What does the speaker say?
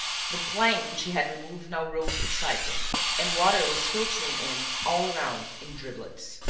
the plank which he had removed now rose a trifle and water was filtering in, all around, in driblets.